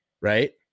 right